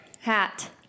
Hat